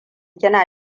kina